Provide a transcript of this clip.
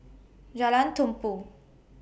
Jalan Tumpu